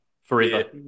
forever